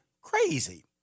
crazy